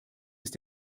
ist